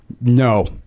No